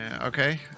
Okay